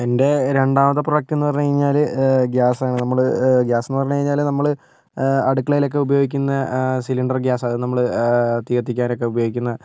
എൻ്റെ രണ്ടാമത്തെ പ്രോഡക്റ്റ് എന്ന് പറഞ്ഞു കഴിഞ്ഞാൽ ഗ്യാസാണ് നമ്മൾ ഗ്യാസ് എന്ന് പറഞ്ഞു കഴിഞ്ഞാൽ നമ്മൾ അടുക്കളയിൽ ഒക്കെ ഉപയോഗിക്കുന്ന സിലിണ്ടർ ഗ്യാസ് അത് നമ്മൾ തീ കത്തിക്കാൻ ഒക്കെ ഉപയോഗിക്കുന്ന